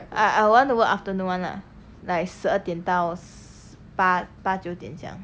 I I want to work afternoon [one] lah like 十二点到 s~ 八八九点这样